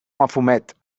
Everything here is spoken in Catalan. mafumet